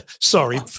sorry